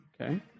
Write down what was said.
Okay